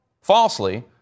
falsely